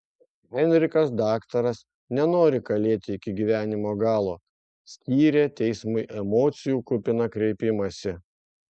henrikas daktaras nenori kalėti iki gyvenimo galo skyrė teismui emocijų kupiną kreipimąsi